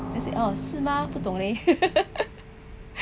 then I said oh 是吗不懂 leh